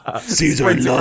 Caesar